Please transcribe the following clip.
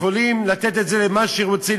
יכולים לתת את זה למה שרוצים,